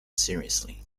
seriously